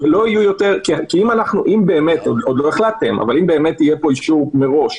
כי אם באמת יהיה פה אישור מראש,